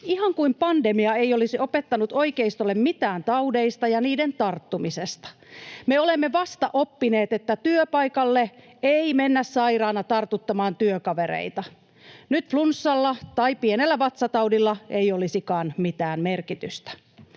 Ihan kuin pandemia ei olisi opettanut oikeistolle mitään taudeista ja niiden tarttumisesta. Me olemme vasta oppineet, että työpaikalle ei mennä sairaana tartuttamaan työkavereita. Nyt flunssalla tai pienellä vatsataudilla ei olisikaan mitään merkitystä.